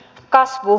kasvu